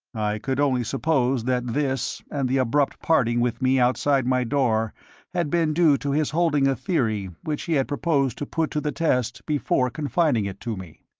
i could only suppose that this and the abrupt parting with me outside my door had been due to his holding a theory which he had proposed to put to the test before confiding it to me.